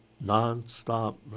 non-stop